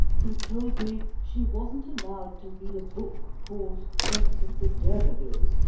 who told me she wasn't allowed to read a book called tess of the d'urbervilles,